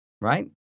right